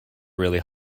really